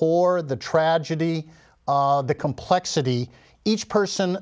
war the tragedy the complexity each person